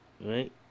right